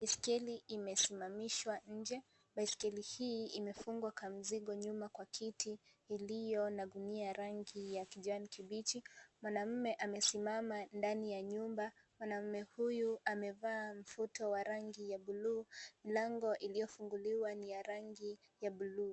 Baiskeli imesimamishwa nje. Baisikeli hii, imefungwa kamzigo nyuma kwa kiti iliyo na gunia ya rangi ya kijani kibichi. Mwanaume amesimama ndani ya nyumba. Mwanaume huyu amevaa mfuto wa rangi ya buluu. Mlango uliofunguliwa ni ya rangi ya buluu.